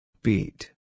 Beat